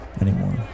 anymore